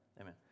Amen